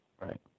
Right